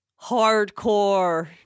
hardcore